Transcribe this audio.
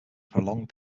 prolonged